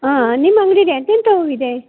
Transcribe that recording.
ಹಾಂ ನಿಮ್ಮ ಅಂಗ್ಡಿದು ಎಂಥೆಂಥ ಹೂವಿದೆ